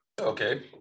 okay